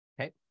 Okay